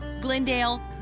Glendale